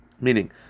Meaning